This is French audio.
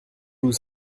vous